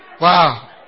Wow